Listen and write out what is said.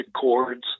chords